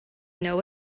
know